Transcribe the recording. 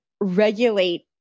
regulate